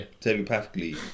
telepathically